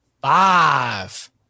five